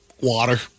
water